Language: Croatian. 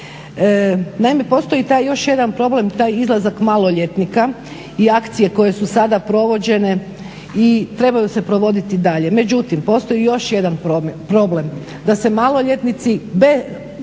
Naime, postoji taj još jedan problem taj izlazak maloljetnika i akcije koje su sada provođene i trebaju se provoditi dalje. Međutim, postoji još jedan problem da se maloljetnici